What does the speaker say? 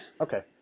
Okay